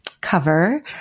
cover